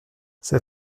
c’est